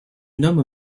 nomme